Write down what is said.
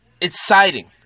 exciting